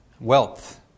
wealth